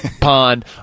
pond